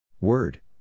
Word